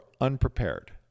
unprepared